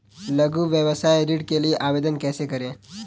लघु व्यवसाय ऋण के लिए आवेदन कैसे करें?